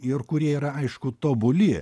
ir kurie yra aišku tobuli